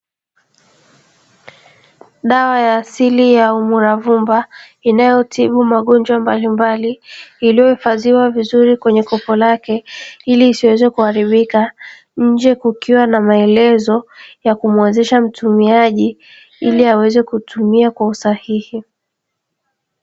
Dawa ya asili ya (UMULAVUMBA) inayotibu magonjwa mbalimbali iliyoifadhiwa vizuri kwenye kopo lake iliisiweze kuharibika nje kukiwa na maelezo yakimuwezesha mtumiaji ili aweze kutumia kwa usahihi.